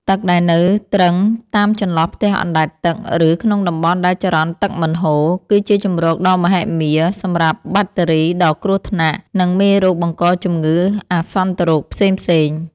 ទឹកដែលនៅទ្រឹងតាមចន្លោះផ្ទះអណ្ដែតទឹក ឬក្នុងតំបន់ដែលចរន្តទឹកមិនហូរ គឺជាជម្រកដ៏មហិមាសម្រាប់បាក់តេរីដ៏គ្រោះថ្នាក់ និងមេរោគបង្កជំងឺអាសន្នរោគផ្សេងៗ។